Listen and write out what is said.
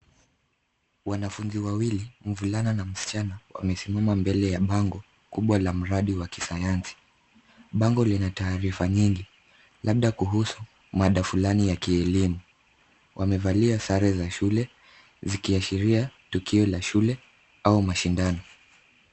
Wanafunzi wawili, mvulana na msichana, wamesimama mbele ya bango kubwa la mradi wa kisayansi. Bango lina taarifa nyingi labda kuhusu mada fulani ya kielimu. Wamevalia sare za shule, zikiashiria tukio la shule au mashindano.